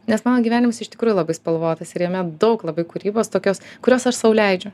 nes mano gyvenimas iš tikrųjų labai spalvotas ir jame daug labai kūrybos tokios kurios aš sau leidžiu